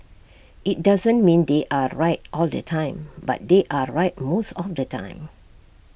IT doesn't mean they are right all the time but they are right most of the time